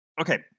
Okay